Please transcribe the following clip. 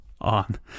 on